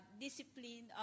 Discipline